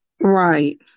Right